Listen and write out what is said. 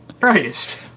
Christ